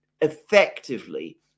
effectively